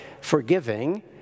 forgiving